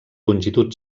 longitud